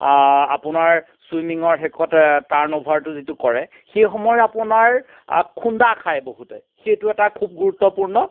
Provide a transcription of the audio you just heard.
আপোনাৰ চুইমিং শেষত টাৰ্ণ অভাৰটো যিটো কৰে সেইসময়ৰ আপোনাৰ খুন্দা খাই বহুতে সেইটো এটা খুব গুৰুত্বপূৰ্ণ